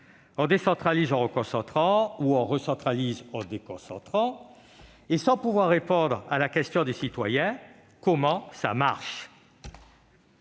On décentralise en reconcentrant ou on recentralise en déconcentrant. Et sans pouvoir répondre à la question des citoyens :« Comment ça marche ?